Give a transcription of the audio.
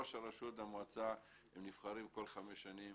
בסופו של דבר ראש הרשות והמועצה נבחרים בכל חמש שנים